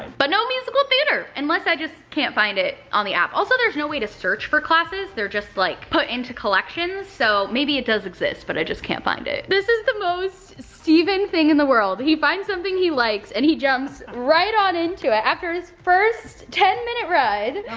but no musical theater, unless i just can't find it on the app. also, there's no way to search for classes. they're just like, put into collections. so maybe it does exist, but i just can't find it. this is the most stephen thing in the world. he finds something he likes and he jumps right on into it after his first ten minute ride.